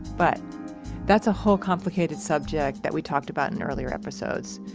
but that's a whole complicated subject that we talked about in earlier episodes.